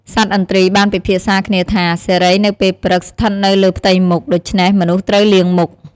សត្វឥន្ទ្រីបានពិភាក្សាគ្នាថា សិរីនៅពេលព្រឹកស្ថិតនៅលើផ្ទៃមុខ ដូច្នេះមនុស្សត្រូវលាងមុខ។